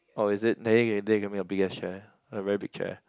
oh is it then you can then you can make a big ass chair a very big chair